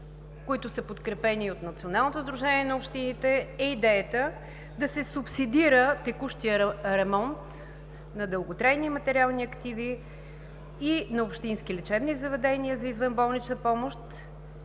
които са подкрепени и от Националното сдружение на общините, е идеята да се субсидира текущият ремонт на дълготрайни материални активи и на общински лечебни заведения за извънболнична помощ,